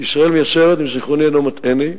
שעדיין נמצא בוויכוח